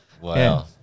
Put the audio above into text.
wow